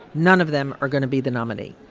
none of them are going to be the nominee.